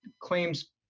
claims